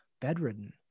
bedridden